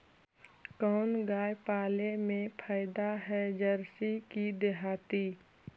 कोन गाय पाले मे फायदा है जरसी कि देहाती?